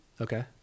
Okay